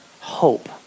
hope